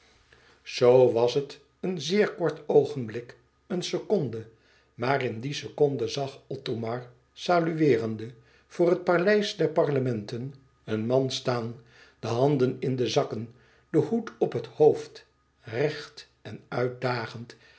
zoo was het een zeer kort oogenblik eene seconde maar in die seconde zag othomar salueerende voor het paleis der parlementen een man staan de handen in de zakken den hoed op het hoofd recht en uitdagend